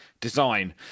design